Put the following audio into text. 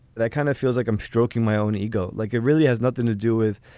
that kind of feels like i'm stroking my own ego. like it really has nothing to do with,